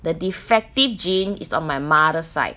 the defective gene is on my mother's side